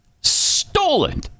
stolen